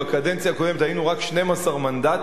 בקדנציה הקודמת היינו רק 12 מנדטים,